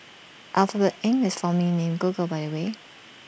Alphabet Inc is formerly named Google by the way